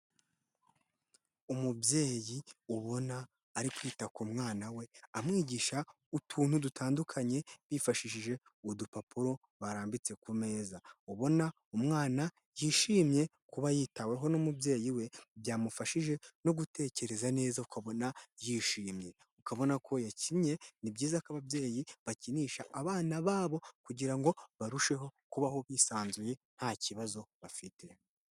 Umubyeyi ubona ari kwita ku mwana we amwigisha utuntu dutandukanye bifashishije udupapuro barambitse ku meza. ubona umwana yishimiyemye kuba yitaweho n'umubyeyi we byamufashije no gutekereza neza akabona yishimye. ukabona ko yakinnye ni byiza ko ababyeyi bakinisha abana babo kugira ngo barusheho kubaho bisanzuye nta kibazo bafite.